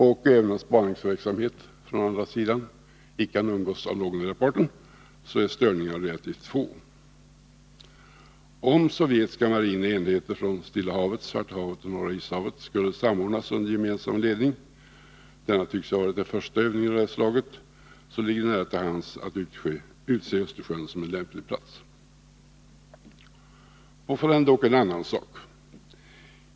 Och även om spaningsverksamheten från andra sidan icke kan undgås av någondera parten, så är störningarna relativt få. Om sovjetiska marina enheter från Stilla havet, Svarta havet och Norra Ishavet skulle samordnas under gemensam ledning — denna övning tycks ju vara den första av detta slag — ligger det nära till hands att utse Östersjön som en lämplig plats. Påfallande är dock en annan sak.